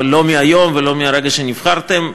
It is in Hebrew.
אבל לא מהיום ולא מהרגע שנבחרתם,